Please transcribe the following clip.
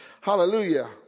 Hallelujah